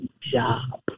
job